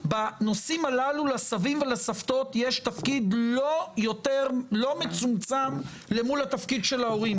בנושאים הללו לסבים ולסבתות יש תפקיד לא מצומצם למול התפקיד של ההורים.